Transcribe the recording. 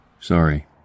Sorry